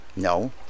No